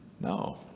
No